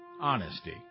honesty